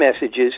messages